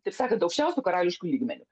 taip sakant aukščiausiu karališku lygmeniu